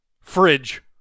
fridge